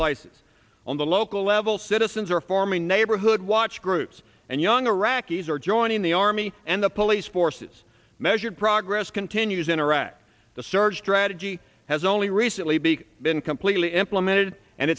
places on the local level citizens are forming neighborhood watch groups and young iraqis are joining the army and the police forces measured progress continues in iraq the surge strategy has only recently big been completely implemented and